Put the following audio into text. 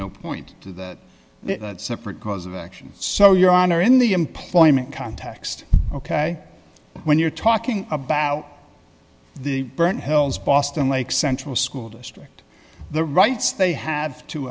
no point to that separate cause of action so your honor in the employment context ok when you're talking about the burnt hills boston lakes central school district the rights they have to